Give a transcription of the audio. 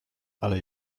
ale